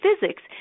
physics